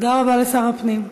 תודה רבה לשר הפנים.